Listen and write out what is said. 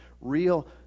real